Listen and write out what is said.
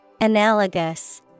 Analogous